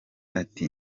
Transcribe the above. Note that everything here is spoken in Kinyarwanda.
ati